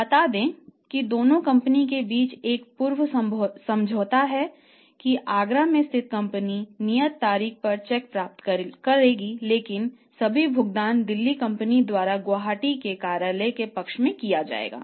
बता दें कि दोनों कंपनी के बीच एक पूर्व समझौता है कि आगरा में स्थित कंपनी नियत तारीख पर चेक प्राप्त करेगी लेकिन सभी भुगतान दिल्ली कंपनी द्वारा गुवाहाटी में कार्यालय के पक्ष में किए जाएंगे